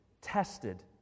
tested